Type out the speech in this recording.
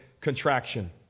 contraction